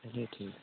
चलिए ठीक